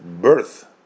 birth